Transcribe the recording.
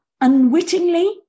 unwittingly